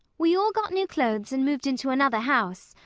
we all got new clothes and moved into another house.